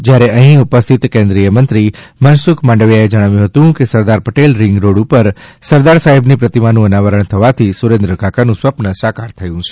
જ્યારે અહી ઉપસ્થિત કેન્દ્રીય મંત્રી મનસુખભાઇ માંડવિયાએ જણાવ્યું હતું કે સરદાર પટેલ રીંગ રોડ ઉપર સરદાર સાહેબની પ્રતિમાનું અનાવરણ થવાથી સુરેન્દ્રકાકાનું સ્વપ્ન સાકાર થયું છે